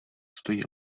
stojí